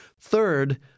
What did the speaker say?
Third